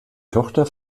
tochter